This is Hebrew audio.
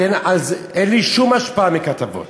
ואין לי שום השפעה מכתבות.